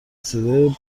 صدای